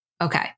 Okay